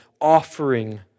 offering